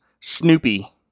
Snoopy